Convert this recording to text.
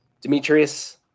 Demetrius